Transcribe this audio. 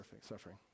suffering